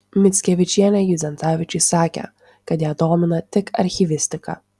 mickevičienė judzentavičiui sakė kad ją domina tik archyvistika